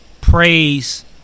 Praise